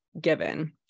given